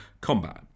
combat